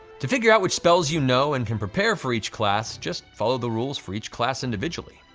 to figure out which spells you know and can prepare for each class, just follow the rules for each class individually.